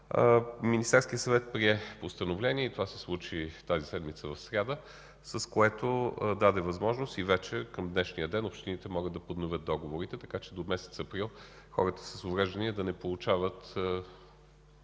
Министерският съвет прие постановление. Това се случи тази седмица в сряда, което даде възможност и вече към днешния ден общините могат да подновят договорите, така че до месец април хората с увреждания да не получават